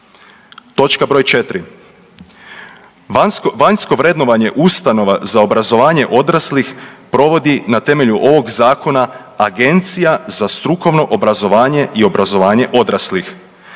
Točka br. 4, vanjsko vrednovanje ustanova za obrazovanje odraslih provodi na temelju ovog zakona Agencija za strukovno obrazovanje i obrazovanje odraslih.